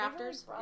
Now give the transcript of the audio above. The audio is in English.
crafters